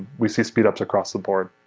we see speedups across-the-board.